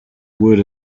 word